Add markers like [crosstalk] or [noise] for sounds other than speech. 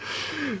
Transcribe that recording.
[breath]